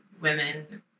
women